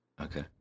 Okay